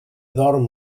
dorm